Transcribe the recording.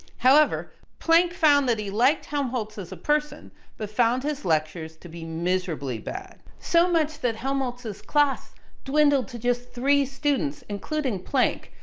however, planck found that he liked helmholtz as a person but found his lectures to be miserably bad. so much that helmoltz's class dwindled to just three students, including planck,